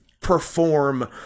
perform